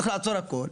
צריך לעצור הכול,